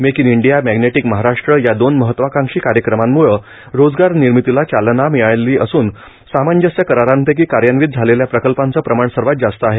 make in India magnetic Maharashtra या दोन महत्वाकांक्षी कार्यक्रमांमुळे रोजगार निर्मितीला चालना मिळाली असून सामंजस्य करारापैकी कार्यान्वीत झालेल्या प्रकल्पांचे प्रमाण सर्वात जास्त आहे